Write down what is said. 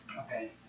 Okay